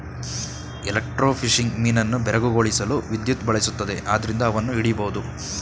electrofishing ಮೀನನ್ನು ಬೆರಗುಗೊಳಿಸಲು ವಿದ್ಯುತ್ ಬಳಸುತ್ತದೆ ಆದ್ರಿಂದ ಅವನ್ನು ಹಿಡಿಬೋದು